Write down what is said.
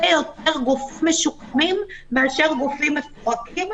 יותר גופים משוקמים מאשר גופים מפורקים,